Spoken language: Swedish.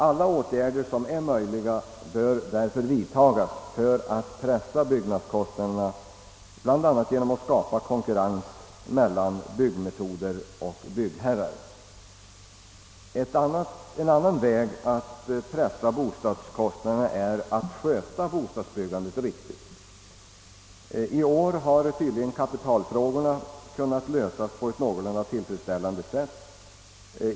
Alla åtgärder som är möjliga bör vidtagas för att pressa byggkostnaderna. Det kan ske bl.a. genom att skapa konkurrens mellan byggmetoder och byggherrar. En annan väg att pressa bostadskostnaderna är att sköta bostadsbyggandet riktigt. I år har tydligen kapitalfrågorna kunnat lösas på ett någorlunda tillfredsställande sätt.